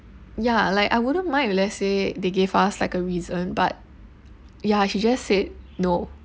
ya like I wouldn't mind if let's say they gave us like a reason but ya she just said no